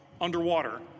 underwater